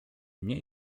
nie